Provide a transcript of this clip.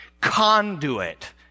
conduit